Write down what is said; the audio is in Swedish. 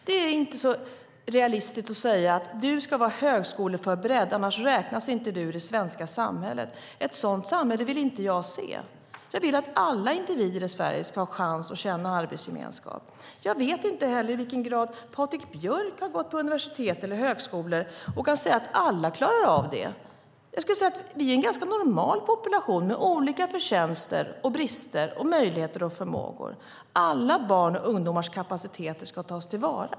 Det är inte realistiskt att säga: Du ska vara högskoleförberedd, för annars räknas du inte i det svenska samhället. Ett sådant samhälle vill jag inte se. Jag vill att alla individer i Sverige ska ha chans att känna arbetsgemenskap. Jag vet inte i vilken grad Patrik Björck har gått på universitet eller högskola och kan säga att alla kan klara av det. Vi är en ganska normal population med olika förtjänster, brister, möjligheter och förmågor. Alla barns och ungdomars kapacitet ska tas till vara.